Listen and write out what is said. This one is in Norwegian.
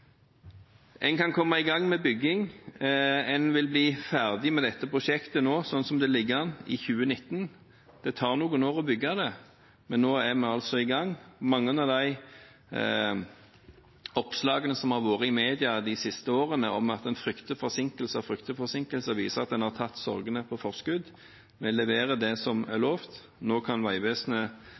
En kan komme i gang med bygging, og en vil bli ferdig med dette prosjektet i 2019, slik det nå ligger an. Det tar noen år å bygge det, men nå er vi altså i gang. Mange av de oppslagene som har vært i media de siste årene om at en frykter forsinkelser, viser at en har tatt sorgene på forskudd. Vi leverer det som er lovt. Nå kan Vegvesenet